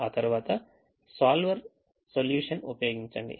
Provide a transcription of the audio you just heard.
ఆ తర్వాత solver solution ఉపయోగించండి